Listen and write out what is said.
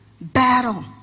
battle